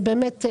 זה באמת,